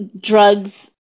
drugs